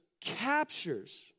captures